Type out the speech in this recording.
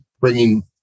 bringing